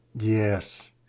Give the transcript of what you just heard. Yes